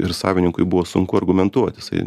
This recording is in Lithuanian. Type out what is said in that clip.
ir savininkui buvo sunku argumentuot jisai